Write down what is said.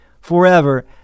forever